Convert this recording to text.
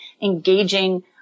engaging